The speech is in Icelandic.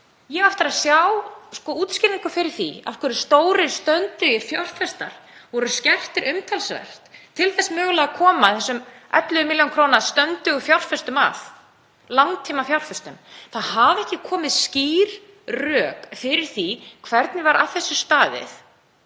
Ég á eftir að sjá útskýringu á því af hverju stórir, stöndugir fjárfestar voru skertir umtalsvert til þess mögulega að koma þessum 11 millj. kr. stöndugu fjárfestum að, langtímafjárfestum. Það hafa ekki komið skýr rök fyrir því hvernig að þessu var staðið.